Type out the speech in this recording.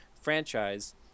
franchise